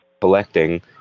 collecting